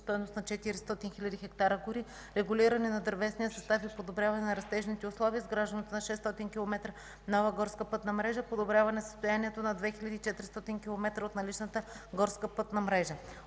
стойност на 400 хил. хектара гори, регулиране на дървесния състав, подобряване на растежните условия, изграждането на 600 км нова горска пътна мрежа, подобряване състоянието на 2400 км от наличната горска пътна мрежа.